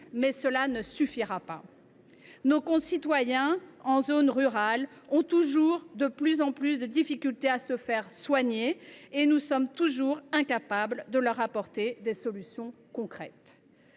mais cela ne suffira pas. Nos concitoyens en zone rurale éprouvent toujours plus de difficultés à se faire soigner et nous sommes toujours incapables de leur apporter des solutions concrètes.